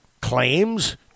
claims